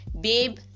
Babe